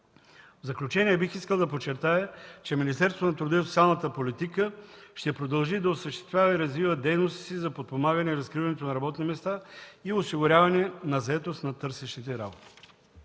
В заключение бих искал да подчертая, че Министерството на труда и социалната политика ще продължи да осъществява и развива дейности за подпомагане и разкриване на работни места и осигуряване на заетост на търсещите работа.